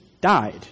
died